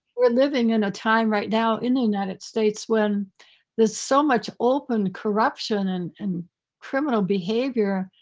we're living in a time right now in the united states when there's so much open corruption and and criminal behavior,